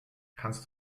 kannst